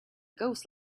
ghost